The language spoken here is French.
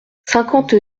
cinquante